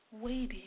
waiting